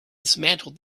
dismantled